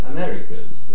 Americas